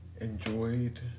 enjoyed